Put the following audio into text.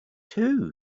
too